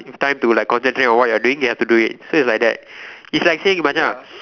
time to like concentrate on what you are doing you have to do it so it's like that it's like saying Macha